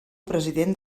president